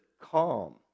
calm